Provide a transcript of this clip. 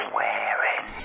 wearing